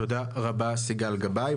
תודה רבה, סיגל גבאי.